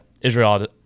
Israel